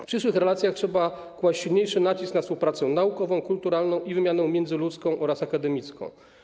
W przyszłych relacjach trzeba kłaść silniejszy nacisk na współpracę naukową, kulturalną i wymianę międzyludzką oraz akademicką.